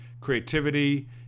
creativity